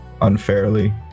unfairly